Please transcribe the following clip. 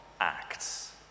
acts